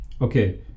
okay